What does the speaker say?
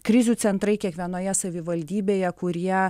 krizių centrai kiekvienoje savivaldybėje kurie